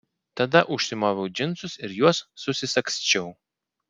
tada užsimoviau džinsus ir juos susisagsčiau